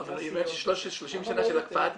לא, אבל היא אומרת 30 שנה של הקפאת מצב.